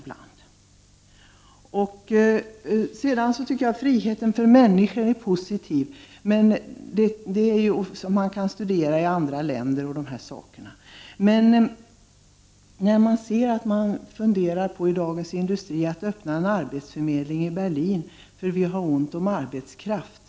Det är positivt att människor får frihet. Men man blir betänksam när man i Dagens Industri kan läsa att Sverige funderar på att öppna en arbetsförmedling i Berlin, därför att vi har så ont om arbetskraft.